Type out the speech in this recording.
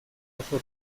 oso